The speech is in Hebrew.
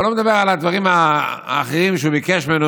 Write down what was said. אני כבר לא מדבר על הדברים האחרים שהוא ביקש ממנו,